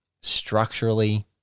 structurally